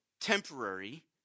temporary